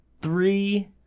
three